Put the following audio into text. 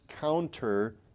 counter